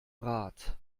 rat